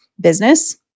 business